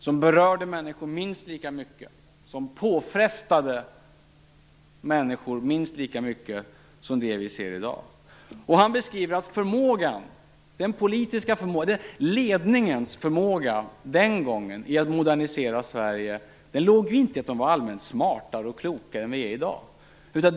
Den berörde människor minst lika mycket och påfrestade människor minst lika mycket som den vi ser i dag. Han beskriver att den politiska ledningens förmåga den gången att modernisera Sverige inte låg i att den var smartare och klokare än vad vi är i dag.